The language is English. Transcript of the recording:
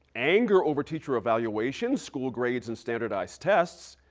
anger over teacher evaluations, school grades and standardized tests,